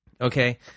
Okay